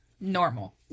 Normal